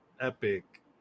Epic